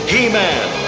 He-Man